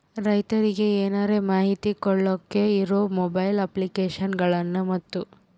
ರೈತರಿಗೆ ಏನರ ಮಾಹಿತಿ ಕೇಳೋಕೆ ಇರೋ ಮೊಬೈಲ್ ಅಪ್ಲಿಕೇಶನ್ ಗಳನ್ನು ಮತ್ತು?